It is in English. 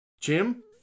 Jim